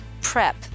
PREP